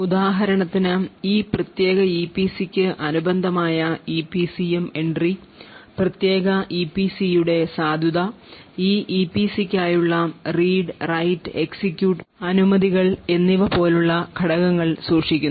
ഉദാഹരണത്തിന് ഈ പ്രത്യേക ഇപിസിക്ക് അനുബന്ധമായ ഇപിസിഎം എൻട്രിപ്രത്യേക ഇപിസിയുടെ സാധുത ഈ ഇപിസിക്കായുള്ള റീഡ് റൈറ്റ് എക്സിക്യൂട്ട് അനുമതികൾ എന്നിവ പോലുള്ള ഘടകങ്ങൾ സൂക്ഷിക്കുന്നു